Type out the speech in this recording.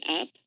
up